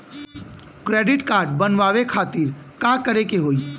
Credit card बनवावे खातिर का करे के होई?